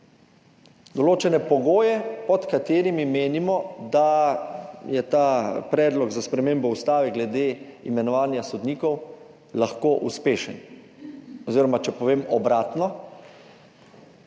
Določene pogoje, pod katerimi menimo, da je ta predlog za spremembo ustave glede imenovanja sodnikov lahko uspešen. Oziroma če povem obratno: